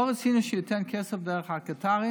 לא רצינו שהוא ייתן כסף דרך הקטארים,